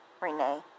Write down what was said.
Renee